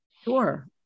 sure